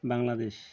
Bangladesh